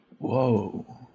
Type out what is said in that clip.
Whoa